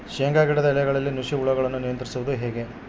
ಶೇಂಗಾ ಗಿಡದ ಎಲೆಗಳಲ್ಲಿ ನುಷಿ ಹುಳುಗಳನ್ನು ನಿಯಂತ್ರಿಸುವುದು ಹೇಗೆ?